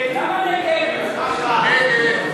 נא להצביע.